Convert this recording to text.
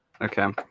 Okay